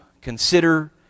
consider